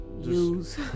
Use